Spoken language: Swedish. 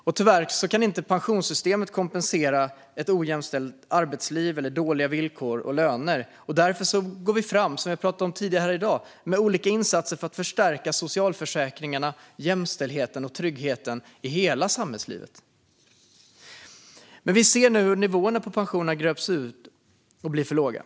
Pensionssystemet kan tyvärr inte kompensera för ett ojämställt arbetsliv eller dåliga villkor och löner. Därför går vi, som vi har talat om tidigare här i dag, fram med olika insatser för att förstärka socialförsäkringarna, jämställdheten och tryggheten i hela samhällslivet. Men vi ser nu hur pensionerna gröps ur och nivåerna blir för låga.